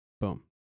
boom